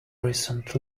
recent